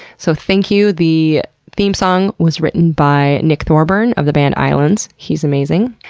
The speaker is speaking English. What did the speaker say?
so, thank you. the theme song was written by nick thorburn of the band islands. he's amazing.